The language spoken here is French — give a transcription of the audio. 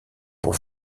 pour